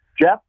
Jeff